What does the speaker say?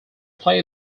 play